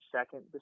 second